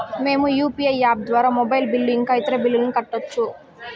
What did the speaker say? మేము UPI app ద్వారా mobile bill ఇంకా ఇతర బిల్లులను కట్టొచ్చు